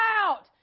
out